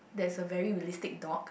there's a very realistic dog